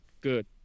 Good